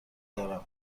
دارم